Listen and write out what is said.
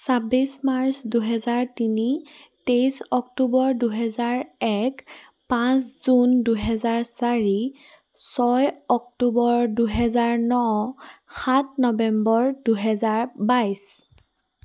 ছাব্বিছ মাৰ্চ দুহেজাৰ তিনি তেইছ অক্টোবৰ দুহেজাৰ এক পাঁচ জুন দুহেজাৰ চাৰি ছয় অক্টোবৰ দুহেজাৰ ন সাত নৱেম্বৰ দুহেজাৰ বাইছ